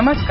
नमस्कार